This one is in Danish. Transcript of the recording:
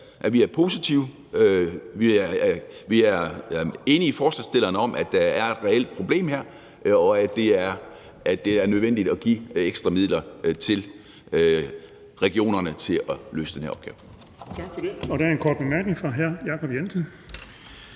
at vi er positive. Vi er enige med forslagsstillerne i, at der er et reelt problem her, og at det er nødvendigt at give ekstra midler til regionerne til at løse den her opgave.